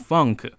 Funk